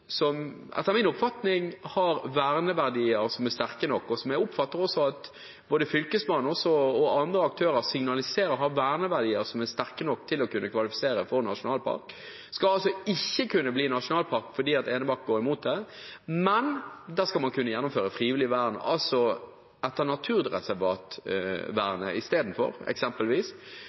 som etter min oppfatning har verneverdier som er sterke nok, og som jeg også oppfatter at både Fylkesmannen og andre aktører signaliserer har verneverdier som er sterke nok til å kunne kvalifisere for nasjonalpark, ikke skal kunne bli nasjonalpark fordi Enebakk går imot det. Man skal isteden kunne gjennomføre frivillig vern etter naturreservatvernet, eksempelvis, der nettopp det å peke på det restaurerende vernet og på naturverdien i